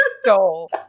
stole